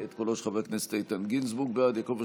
את קולו של חבר הכנסת איתן גינזבורג, בעד,